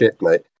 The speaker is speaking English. mate